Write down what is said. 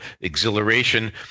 exhilaration